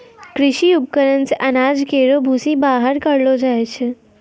कृषि उपकरण से अनाज केरो भूसी बाहर करलो जाय छै